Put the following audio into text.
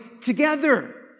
together